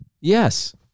Yes